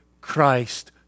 Christ